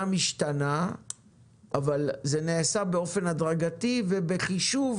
משתנה אבל זה נעשה באופן הדרגתי ובחישוב